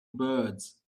birds